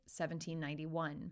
1791